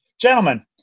Gentlemen